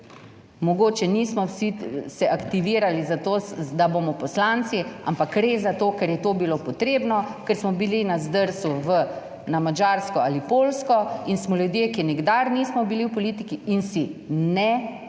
mogoče nismo vsi se aktivirali za to, da bomo poslanci, ampak res zato, ker je to bilo potrebno, ker smo bili na zdrsu na Madžarsko ali Poljsko, in smo ljudje, ki nikdar nismo bili v politiki in si, ne,